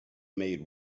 made